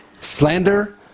slander